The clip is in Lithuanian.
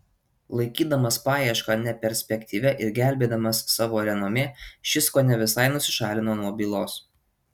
laikydamas paiešką neperspektyvia ir gelbėdamas savo renomė šis kone visai nusišalino nuo bylos